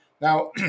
Now